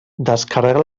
descarrega